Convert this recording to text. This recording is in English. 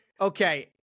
Okay